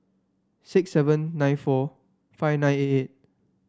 six seven nine four five nine eight eight